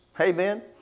Amen